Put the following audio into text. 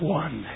one